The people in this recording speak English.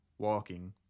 Walking